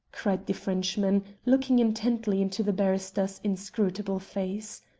cried the frenchman, looking intently into the barrister's inscrutable face.